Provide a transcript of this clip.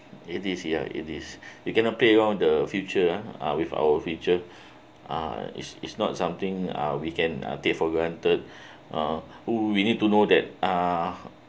is this year it is you cannot pay all the future ha uh with our future uh is it's not something uh we can take for granted uh oh we need to know that uh